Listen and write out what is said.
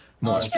more